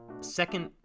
second